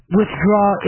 withdraw